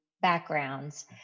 backgrounds